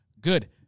Good